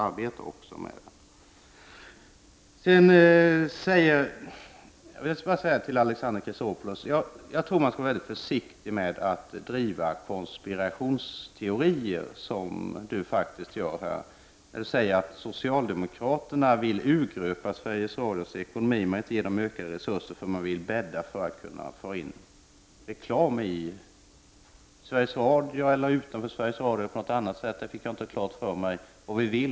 Sedan till Alexander Chrisopoulos: Jag tror att man skall vara mycket försiktig med att driva sådana konspirationsteorier som Alexander Chrisopoulos faktiskt gör här. Han säger att socialdemokraterna vill urgröpa Sveriges Radios ekonomi med att inte ge det ökade resurser, därför att vi vill bädda för att kunna föra in reklam i Sveriges Radio eller utanför det eller på något annat sätt — jag fick inte riktigt klart för mig hur.